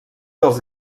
dels